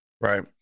right